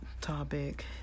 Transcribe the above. topic